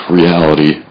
reality